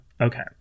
Okay